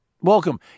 Welcome